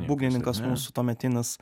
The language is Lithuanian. būgnininkas mūsų tuometinis